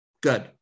Good